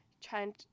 Trying